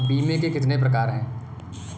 बीमे के कितने प्रकार हैं?